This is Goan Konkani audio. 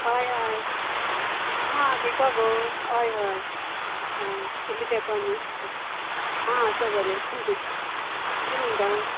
हय हय हा दिपा गो हय हय हय कितलें तेंपान आ आसा बरे किदें म्हणटा